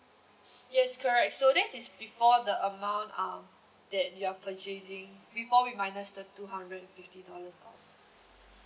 yes correct so that is before the amount um that you are purchasing before we minus the two hundred fifty dollars off